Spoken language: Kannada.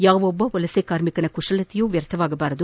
ಯಾವೊಬ್ಬ ವಲಸೆ ಕಾರ್ಮಿಕನ ಕುಶಲತೆಯೂ ವ್ವರ್ಥವಾಗಬಾರದು